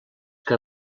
que